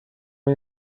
این